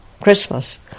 Christmas